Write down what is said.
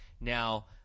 Now